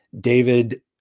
David